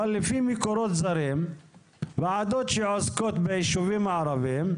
אבל לפי מקורות זרים ועדות שעוסקות בישובים הערבים,